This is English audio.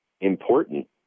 important